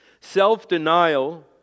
self-denial